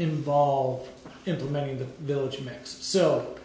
involve implementing the village next so